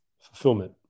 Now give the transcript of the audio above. fulfillment